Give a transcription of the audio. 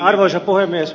arvoisa puhemies